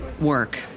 work